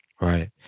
Right